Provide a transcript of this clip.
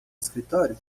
escritório